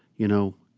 you know,